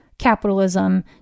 capitalism